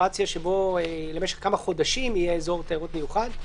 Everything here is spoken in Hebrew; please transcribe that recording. שבו למשך כמה חודשים יהיה אזור תיירות מיוחד.